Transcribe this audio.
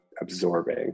absorbing